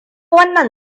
wannan